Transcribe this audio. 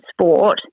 sport